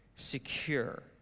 Secure